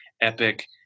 epic